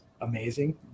amazing